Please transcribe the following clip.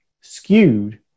skewed